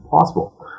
possible